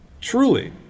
truly